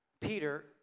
Peter